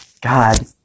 God